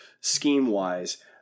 scheme-wise